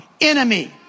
enemy